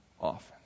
often